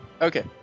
Okay